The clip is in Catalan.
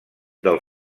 del